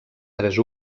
tres